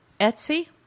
Etsy